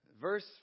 verse